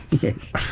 yes